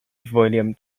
volume